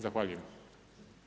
Zahvaljujem.